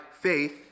faith